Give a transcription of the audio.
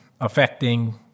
affecting